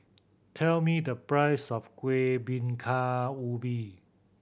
tell me the price of Kuih Bingka Ubi